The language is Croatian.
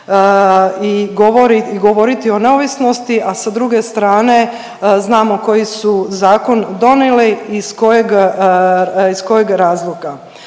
i govoriti o neovisnosti, a s druge strane znamo koji su zakon donijeli, iz kojeg razloga.